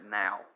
now